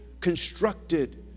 constructed